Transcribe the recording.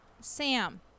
Sam